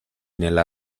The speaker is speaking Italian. nella